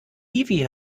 hiwi